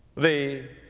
the